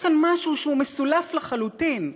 יש כאן משהו שהוא מסולף לחלוטין,